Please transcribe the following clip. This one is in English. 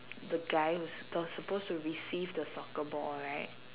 the guy was supposed supposed to receive the soccer ball right